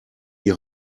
die